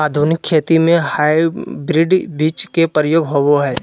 आधुनिक खेती में हाइब्रिड बीज के प्रयोग होबो हइ